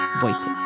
voices